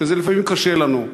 וזה לפעמים קשה לנו.